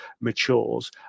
matures